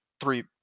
three